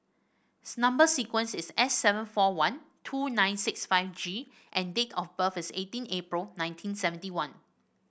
number sequence is S seven four one two nine six five G and date of birth is eighteen April nineteen seventy one